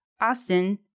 Austin